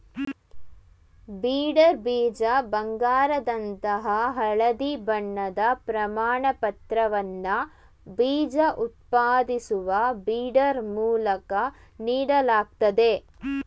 breeder ಬೀಜ ಬಂಗಾರದಂತಹ ಹಳದಿ ಬಣ್ಣದ ಪ್ರಮಾಣಪತ್ರವನ್ನ ಬೀಜ ಉತ್ಪಾದಿಸುವ ಬ್ರೀಡರ್ ಮೂಲಕ ನೀಡಲಾಗ್ತದೆ